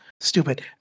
Stupid